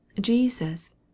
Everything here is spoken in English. jesus